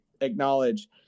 acknowledge